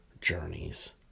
journeys